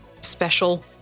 special